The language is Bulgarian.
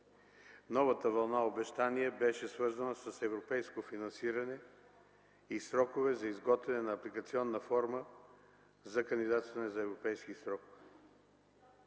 Новата вълна обещания беше свързана с европейско финансиране и срокове за изготвяне на Апликационна форма за кандидатстване за европейски